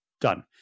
done